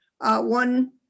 One